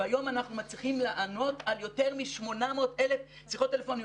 והיום אנחנו מצליחים לענות על יותר מ-800,000 שיחות טלפוניות.